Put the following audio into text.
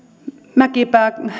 mäkipää